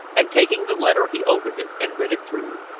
and taking the letter he opened it and read it through.